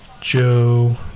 Joe